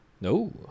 No